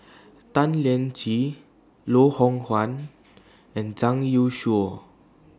Tan Lian Chye Loh Hoong Kwan and Zhang Youshuo